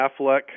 Affleck